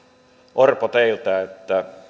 orpo teiltä